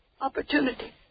Opportunity